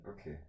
Okay